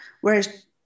whereas